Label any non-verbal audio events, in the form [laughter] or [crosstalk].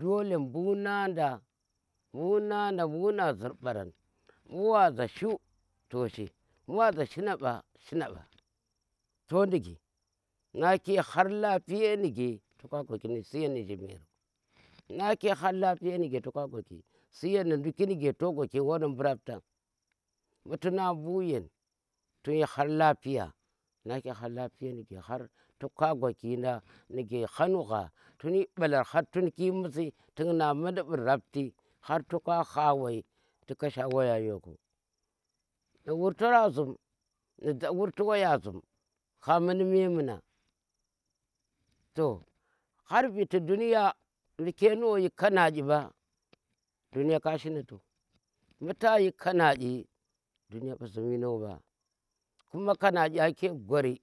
Dole bu̱ nanda bu̱ nanda bu na ziir ɓaran bu̱ waza shu̱ to shi bu̱ wa za shina ɓa shina ba toh digi na gha, nake har lafiye to ka gwoki siyen ni jimero nake har lapiya ni to ka gwoki suyen ni nduki nuge to ka gwaki wor nu bu̱ rapta bu̱ tuna bu̱ yan tunyi har lafiya, nake har lafiya nike to ka gwaki da har tu hagha tun yi ɓalar har tunyi musi tuk na mundi mbu rapti, har to ko haa wai ti kasha waya yo ku nu wurtoran zhum nu [hesitation] warti wayan zhum ha mundi memuna to har viti dunya mbuke noyi kanadi mba dunya kashi nito mbu tayi kanadi to dunya mbu zum yino mba kuma kanadi ke gwari